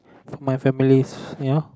for my families ya